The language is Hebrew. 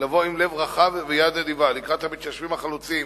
לבוא עם לב רחב ויד נדיבה לקראת המתיישבים החלוצים,